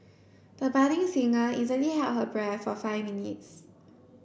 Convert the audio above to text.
the budding singer easily held her breath for five minutes